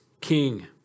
king